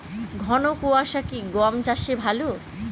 ঘন কোয়াশা কি গম চাষে ভালো?